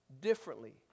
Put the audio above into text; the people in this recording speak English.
differently